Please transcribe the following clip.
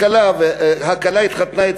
הכלה התחתנה,